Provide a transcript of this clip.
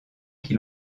qui